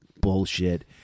bullshit